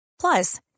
Plus